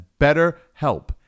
BetterHelp